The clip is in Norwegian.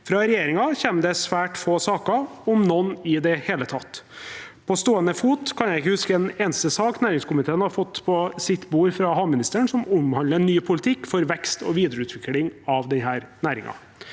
Fra regjeringen kommer det svært få saker, om noen i det hele tatt. På stående fot kan jeg ikke huske én eneste sak næringskomiteen har fått på sitt bord fra havministeren som omhandler ny politikk for vekst og videreutvikling av denne næringen.